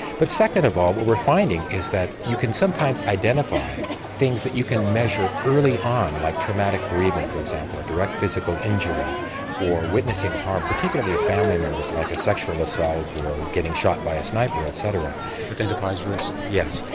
but second of all what we are finding is that you can sometimes identify things that you can measure early on like traumatic bereavement for example, a direct physical injury or witnessing harm particularly to a family member like a sexual assault, or getting shot by a sniper etc. it identifies risk? yes,